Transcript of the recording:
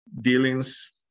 dealings